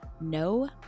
no